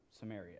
Samaria